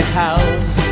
house